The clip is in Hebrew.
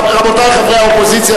רבותי חברי האופוזיציה,